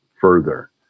further